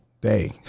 day